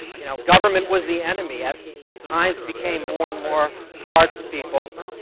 you know, government was the enemy. as times became more and more hard for people,